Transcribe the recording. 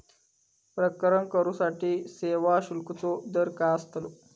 प्रकरण करूसाठी सेवा शुल्काचो दर काय अस्तलो?